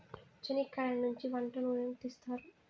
చనిక్కయలనుంచి వంట నూనెను తీస్తారు